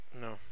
No